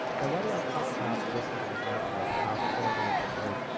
now why do i talk about this as an example of how foreign aid can hurt